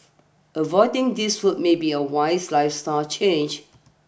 avoiding these foods may be a wise lifestyle change